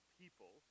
people